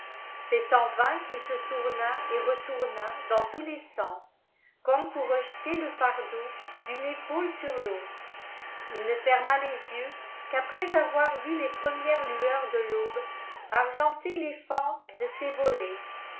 c'est en vain qu'il se tourna et retourna dans tous les sens comme pour rejeter le fardeau d'une épaule sur l'autre il ne ferma les yeux qu'après avoir vu les premières lueurs de l'aube argenter les fentes de ses volets